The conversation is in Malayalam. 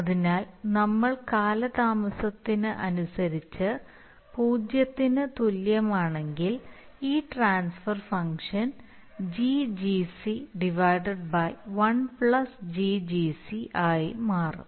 അതിനാൽ നമ്മൾ കാലതാമസത്തിന് അനുസരിച്ച് 0 ന് തുല്യമാണെങ്കിൽ ഈ ട്രാൻസ്ഫർ ഫംഗ്ഷൻ GGc 1 GGc ആയി മാറും